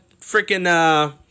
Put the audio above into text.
freaking